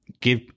give